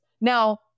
Now